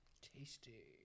Tasty